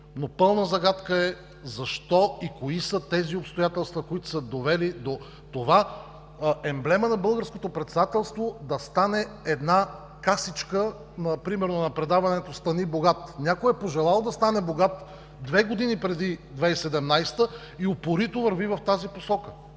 но пълна загадка е: защо и кои са тези обстоятелства, които са довели до това емблема на Българското председателство да стане една касичка примерно на предаването „Стани богат“. Някой е пожелал да стане богат две години преди 2017 г. и упорито върви в тази посока.